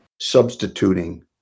substituting